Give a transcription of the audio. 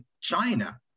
China